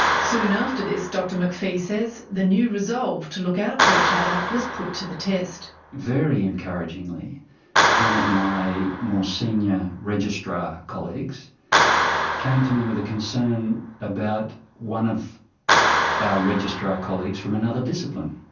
soon after this, dr mcphee says, the new resolve to look out for each other was put to the test. very encouragingly encouragingly one of my more senior registrar colleagues came to me with a concern about one of our registrar colleagues from another discipline,